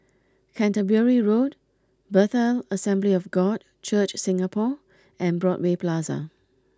Canterbury Road Bethel Assembly of God Church Singapore and Broadway Plaza